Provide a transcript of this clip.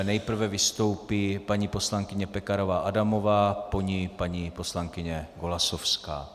Nejprve vystoupí paní poslankyně Pekarová Adamová, po ní paní poslankyně Golasowská.